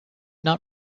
not